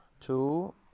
two